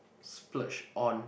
splurge on